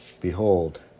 Behold